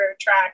track